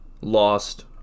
lost